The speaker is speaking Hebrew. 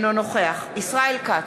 אינו נוכח ישראל כץ,